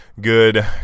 good